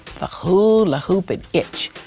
the hula-hoopin' itch.